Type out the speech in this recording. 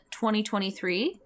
2023